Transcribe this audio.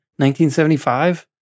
1975